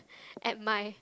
at my